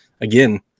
again